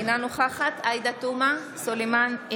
אינה נוכחת עאידה תומא סלימאן,